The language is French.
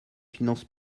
finances